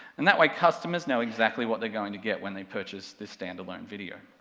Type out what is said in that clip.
and that way customers know exactly what they're going to get when they purchase this standalone video.